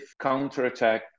counterattack